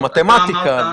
זה מתמטיקה,